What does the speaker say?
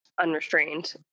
unrestrained